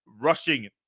rushing